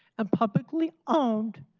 and publicly owned,